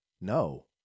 No